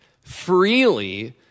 freely